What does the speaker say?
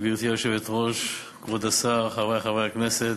גברתי היושבת-ראש, כבוד השר, חברי חברי הכנסת,